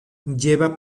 lleva